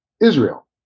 Israel